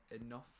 enough